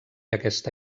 aquesta